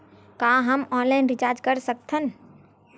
का हम online recharge कर सकत हन?